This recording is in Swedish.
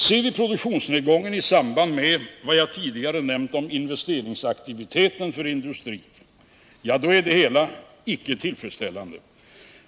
Ser vi produktionsnedgången i samband med vad jag tidigare nämnt om investeringsaktiviteten för industrin, är det hela icke tillfredsställande.